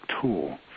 tool